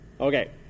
Okay